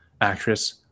actress